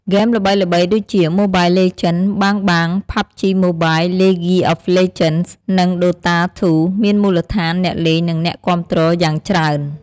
ហ្គេមល្បីៗដូចជា Mobile Legends: Bang Bang , PUBG Mobile, League of Legends, និង Dota 2 មានមូលដ្ឋានអ្នកលេង និងអ្នកគាំទ្រយ៉ាងច្រើន។